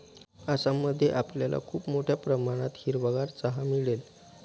आसाम मध्ये आपल्याला खूप मोठ्या प्रमाणात हिरवागार चहा मिळेल